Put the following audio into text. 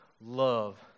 love